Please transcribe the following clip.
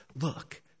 look